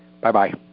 Bye-bye